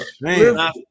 Man